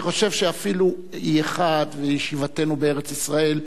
אני חושב שאפילו E1 וישיבתנו בארץ-ישראל,